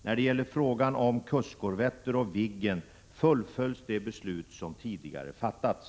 När det gäller frågan om kustkorvetter och Viggen fullföljs de beslut som tidigare fattats.